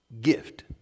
gift